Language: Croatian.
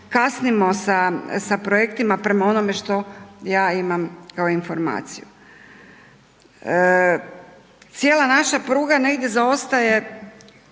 kasnimo sa projektima prema onome što ja imam kao informaciju. Cijela naša pruga negdje zaostaje,